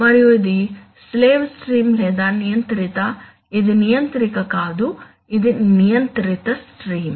మరియు ఇది slave stream లేదా నియంత్రిత ఇది నియంత్రిక కాదు ఇది నియంత్రిత స్ట్రీమ్